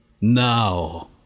Now